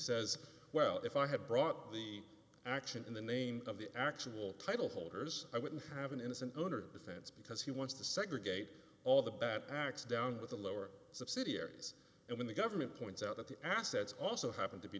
says well if i had brought the action in the name of the actual title holders i wouldn't have an innocent owner defense because he wants to segregate all the bad acts down with the lower subsidiaries and when the government points out that the assets also happen to be